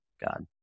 God